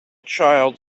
child